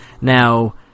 now